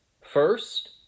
first